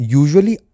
usually